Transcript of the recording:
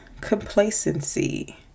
complacency